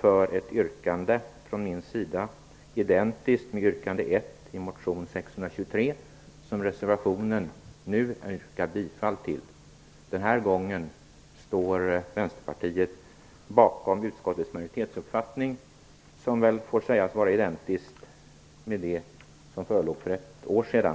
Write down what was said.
för ett yrkande från mig som var identiskt med yrkande 1 i motion 623, som jag i reservationen i dag tillstyrker. Den här gången står Vänsterpartiet bakom utskottets majoritetsuppfattning, som väl får sägas vara identisk med den som förelåg för ett år sedan.